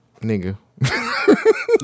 Nigga